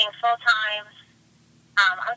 full-time